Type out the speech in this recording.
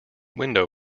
window